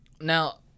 Now